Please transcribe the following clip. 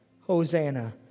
Hosanna